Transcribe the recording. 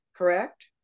Correct